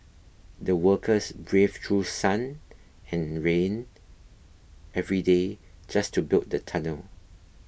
the workers braved through sun and rain every day just to build the tunnel